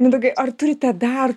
mindaugai ar turite dar